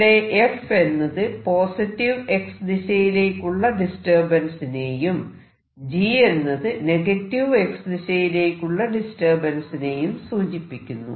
ഇവിടെ f എന്നത് positive X ദിശയിലേക്കുള്ള ഡിസ്റ്റർബൻസിനേയും g എന്നത് നെഗറ്റീവ് X ദിശയിലേക്കുള്ള ഡിസ്റ്റർബൻസിനേയും സൂചിപ്പിക്കുന്നു